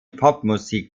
popmusik